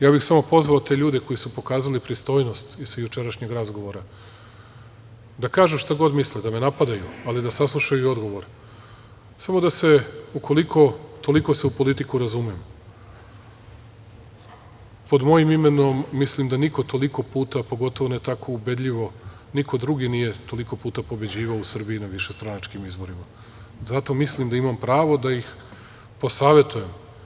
Ja bih samo pozvao te ljude koji su pokazali pristojnost sa jučerašnjeg razgovora da kažu šta god misle, da me napadaju, ali da saslušaju odgovor, samo da se ukoliko-toliko u politiku razumem, pod mojim imenom mislim da niko toliko puta, pogotovo ne tako ubedljivo niko drugi nije toliko puta pobeđivao u Srbiji na višestranačkim izborima, zato mislim da imam pravo da ih posavetujem.